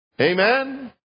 Amen